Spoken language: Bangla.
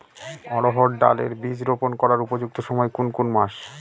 অড়হড় ডাল এর বীজ রোপন করার উপযুক্ত সময় কোন কোন মাস?